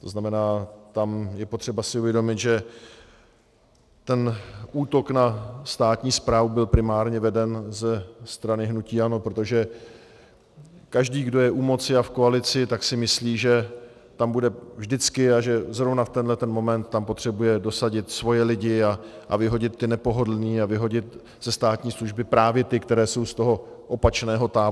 To znamená, tam je potřeba si uvědomit, že ten útok na státní správu byl primárně veden ze strany hnutí ANO, protože každý, kdo je u moci a v koalici, tak si myslí, že tam bude vždycky a že zrovna v tenhleten moment tam potřebuje dosadit svoje lidi a vyhodit ty nepohodlné a vyhodit ze státní služby právě ty, kteří jsou z toho opačného tábora.